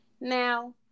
Now